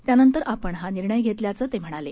त्यानंतर आपण हा निर्णय घेतल्याचं ते म्हणाले